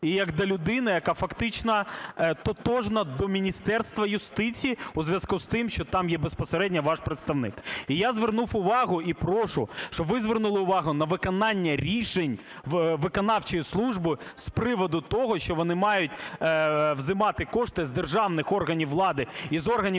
і як до людини, яка фактично тотожна до Міністерства юстиції у зв’язку з тим, що там є безпосередньо ваш представник. І я звернув увагу і прошу, щоб ви звернули увагу на виконання рішень виконавчою службою з приводу того, що вони мають взимати кошти з державних органів влади і з органів